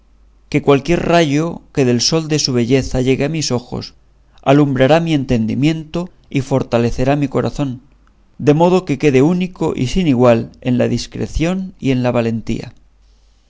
que cualquier rayo que del sol de su belleza llegue a mis ojos alumbrará mi entendimiento y fortalecerá mi corazón de modo que quede único y sin igual en la discreción y en la valentía